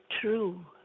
true